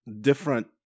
different